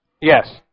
Yes